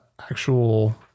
actual